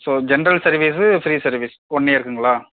so general service free service one இயருக்குங்களா